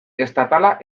estatala